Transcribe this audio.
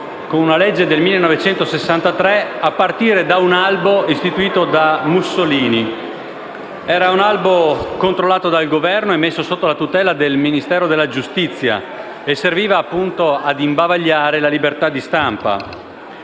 con una legge del 1963, a partire da un albo istituito da Mussolini. Era un albo controllato dal Governo e messo sotto la tutela del Ministero della giustizia; esso serviva appunto ad imbavagliare la libertà di stampa.